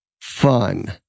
fun